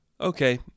Okay